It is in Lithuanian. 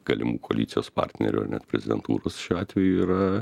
galimų koalicijos partnerių ar net prezidentūros šiuo atveju yra